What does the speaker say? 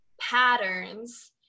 patterns